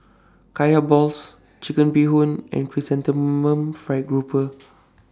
Kaya Balls Chicken Bee Hoon and Chrysanthemum Fried Grouper